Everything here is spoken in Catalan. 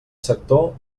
sector